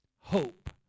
Hope